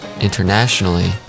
internationally